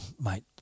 mate